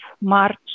March